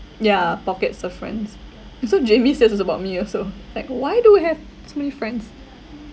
ya pockets of friends so jamie says it's about me also like why do we have so many friends